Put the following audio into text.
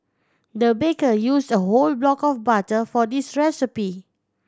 the baker use a whole block of butter for this recipe